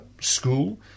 school